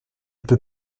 peux